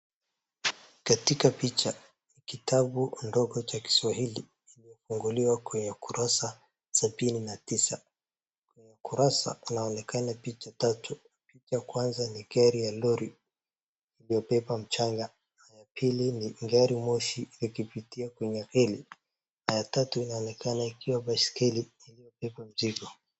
Katika picha ni kitabu ndogo cha Kiswahili kimefunguliwa kwenye ukurasa sabini na tisa. Kwenye ukurasa kunaonekana picha tatu, ya kwanza ni gari ya lori iliyobeba mchanga, na ya pili ni garimoshi likipitia kwenye reli na ya tatu inaonekana ikiwa baiskeli iliyobeba mizigo.